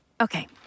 Okay